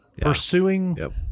Pursuing